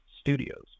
studios